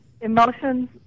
Emotions